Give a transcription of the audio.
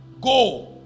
Go